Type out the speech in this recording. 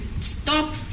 stop